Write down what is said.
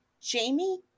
Jamie